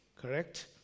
correct